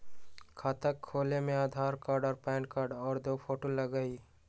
खाता खोले में आधार कार्ड और पेन कार्ड और दो फोटो लगहई?